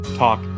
talk